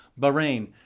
Bahrain